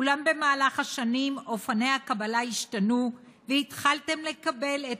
אולם במהלך השנים אופני הקבלה השתנו והתחלתם לקבל את